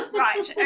right